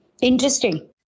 Interesting